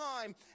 time